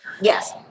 yes